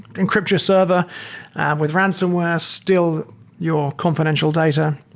encrypt your server and with ransomwares, steal your confidential data.